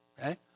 Okay